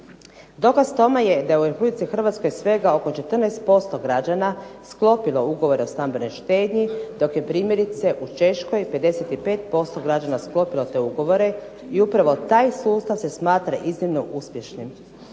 Dokaz tome je da je u RH svega oko 14% građana sklopilo Ugovor o stambenoj štednji dok je primjerice u Češkoj 55% građana sklopilo te ugovore i upravo taj sustav se smatra iznimno uspješnim.